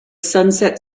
sunset